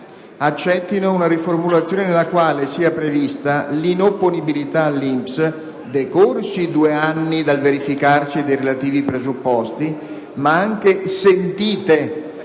accettare una riformulazione nella quale sia prevista l'inopponibilità all'INPS decorsi due anni dal verificarsi dei relativi presupposti, ma anche sentite